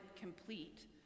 complete